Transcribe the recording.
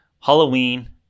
Halloween